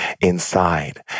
inside